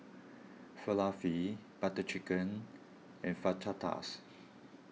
Falafel Butter Chicken and Fajitas